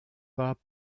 pas